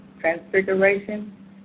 Transfiguration